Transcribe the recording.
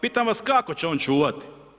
Pitam vas kako će on čuvati?